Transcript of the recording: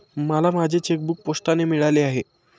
मला माझे चेकबूक पोस्टाने मिळाले आहे